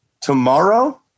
tomorrow